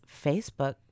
Facebook